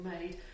made